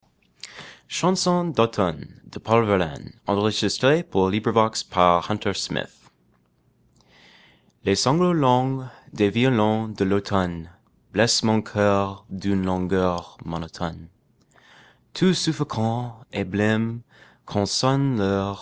chanson d'automne les sanglots longs des violons de l'automne blessent mon coeur d'une langueur monotone tout suffocant et blême